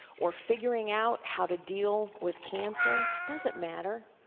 or figuring out how to deal with cancer, doesn't matter.